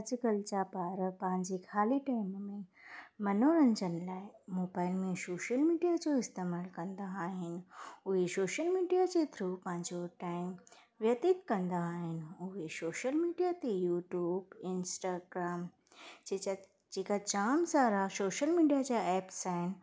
अॼुकल्ह जा ॿार पंहिंजे खाली टाइम में मनोरंजन लाइ मोबाइल में सोशल मीडिया जो इस्तेमालु कंदा आहिनि उहे सोशल मीडिया जे थ्रू पंहिंजो टाइम व्यतीत कंदा आहिनि उहे सोशल मीडिया ते यूट्यूब इंस्टाग्राम जेजा जेका जाम सारा सोशल मीडिया जा एप्स आहिनि